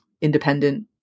independent